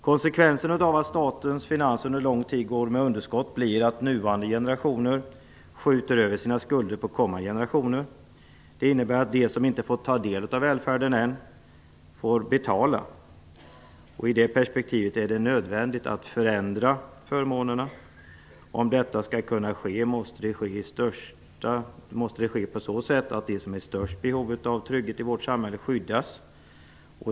Konsekvensen av att statens finanser under lång tid går med underskott, blir att nuvarande generationer skjuter över sina skulder på kommande generationer. Det innebär att de som inte fått ta del av välfärden än får betala. I det perspektivet är det nödvändigt att förändra förmånerna. Om detta skall kunna ske, måste det ske på så sätt att de som är i störst behov av trygghet i vårt samhälle skyddas.